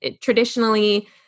traditionally